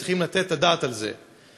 צריכים לתת את הדעת על זה.